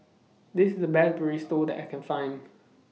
This IS The Best Burrito that I Can Find